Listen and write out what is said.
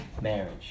marriage